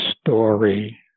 story